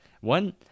One